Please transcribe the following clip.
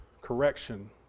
correction